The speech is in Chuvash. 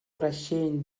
раҫҫейӗн